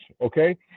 okay